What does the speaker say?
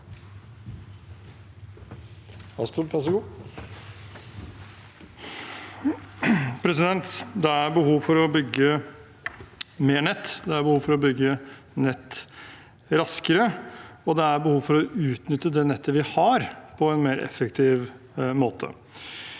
Det er behov for å bygge mer nett. Det er behov for å bygge nett raskere, og det er behov for å utnytte det nettet vi har, på en mer effektiv måte.